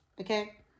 okay